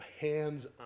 hands